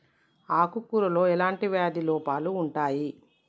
ఆకు కూరలో ఎలాంటి వ్యాధి లోపాలు ఉంటాయి?